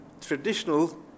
traditional